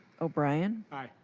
o'brien. aye.